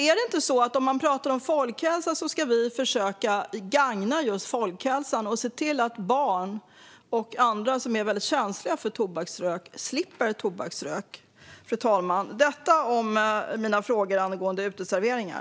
Är det inte på det sättet att när det gäller folkhälsa ska vi försöka se till att det gagnar just folkhälsan och att barn och andra som är känsliga för tobaksrök slipper den? Fru talman! Detta var mina frågor angående uteserveringar.